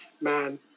man